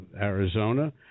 Arizona